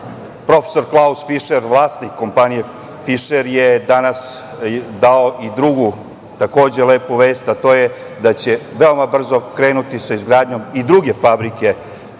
Profesor Klaus Fišer, vlasnik kompanije „Fišer“ je danas dao i drugu lepu vest, a to je da će veoma brzo krenuti sa izgradnjom i druge fabrike